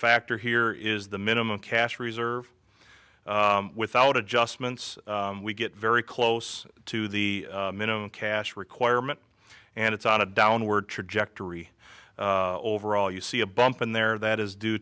factor here is the minimum cash reserve without adjustments we get very close to the minimum cash requirement and it's on a downward trajectory overall you see a bump in there that is due